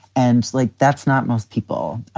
and like, that's not most people.